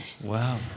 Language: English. Wow